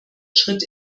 schritt